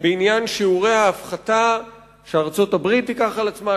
בעניין שיעורי ההפחתה שארצות-הברית תיקח על עצמה,